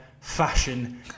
fashion